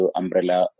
umbrella